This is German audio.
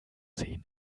sehen